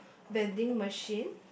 vending machine